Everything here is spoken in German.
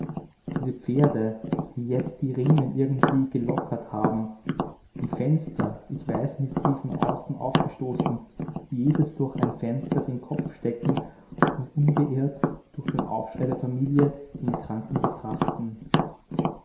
diese pferde die jetzt die riemen irgendwie gelockert haben die fenster ich weiß nicht wie von außen aufstoßen jedes durch ein fenster den kopf stecken und unbeirrt durch den aufschrei der familie den kranken betrachten